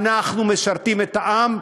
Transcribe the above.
אנחנו משרתים את העם,